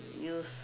use